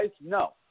No